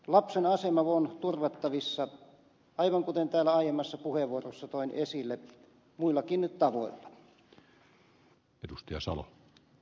lapsen asema on turvattavissa aivan kuten täällä aiemmassa puheenvuorossa toin esille muillakin tavoilla